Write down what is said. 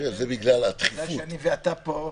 מזל שאני ואתה פה,